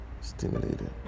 stimulated